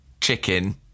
chicken